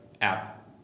app